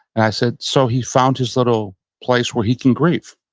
and i said, so, he found his little place where he can grieve.